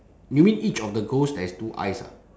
you mean each of the ghost there is two eyes ah